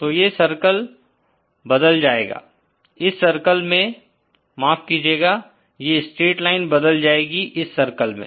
तो ये सर्किल बदल जायेगा इस सर्किल में माफ़ कीजियेगा ये स्ट्रैट लाइन बदल जाएगी इस सर्किल में